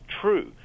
true